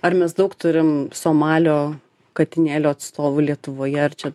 ar mes daug turim somalio katinėlio atstovų lietuvoje ar čia